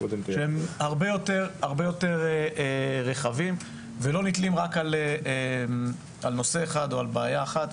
שהם הרבה יותר רחבים ולא נתלים רק על נושא אחד או בעיה אחת,